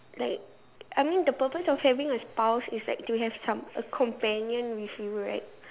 like I mean the purpose of having a spouse is like to have some a companion with you right